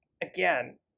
again